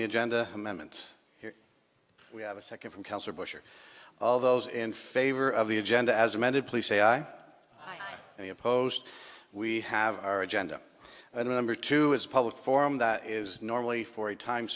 the agenda amendments here we have a second from cancer bush are all those in favor of the agenda as amended police say i opposed we have our agenda and number two is a public forum that is normally for a time